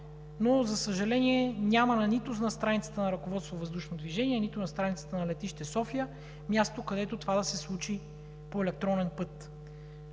но, за съжаление, нито на страницата на „Ръководство на въздушното движение“, нито на страницата на летище София има място, където това да се случи по електронен път.